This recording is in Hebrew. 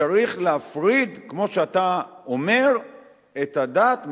צריך להפריד כמו שאתה אומר, את הדת מהמדינה.